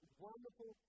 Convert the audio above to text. wonderful